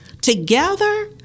Together